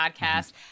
podcast